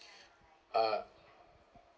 uh